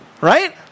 right